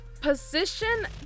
position